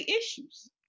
issues